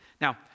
Now